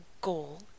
goal